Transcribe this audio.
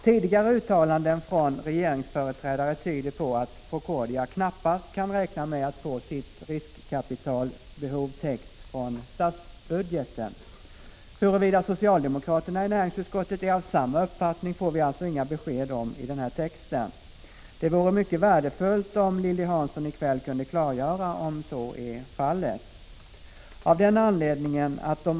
Tidigare uttalanden från regeringsföreträdare tyder på att Procordia knappast kan räkna med att få sitt riskkapitalbehov täckt från statsbudgeten. Huruvida socialdemokraterna i näringsutskottet är av samma uppfattning får man alltså inget besked om i den här texten. Det vore mycket värdefullt om Lilly Hansson i kväll kunde klargöra om så är fallet.